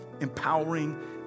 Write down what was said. empowering